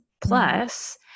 plus